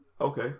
Okay